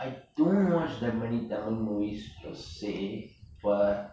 I don't watch that many tamil movies per se but